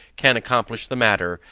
can accomplish the matter,